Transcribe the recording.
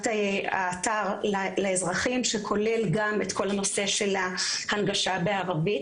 האתר לאזרחים שכולל גם את כל נושא ההנגשה בערבית.